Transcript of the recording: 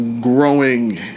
growing